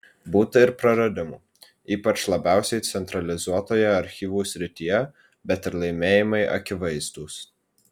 būta ir praradimų ypač labiausiai centralizuotoje archyvų srityje bet ir laimėjimai akivaizdūs